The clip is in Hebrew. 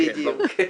בדיוק.